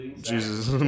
jesus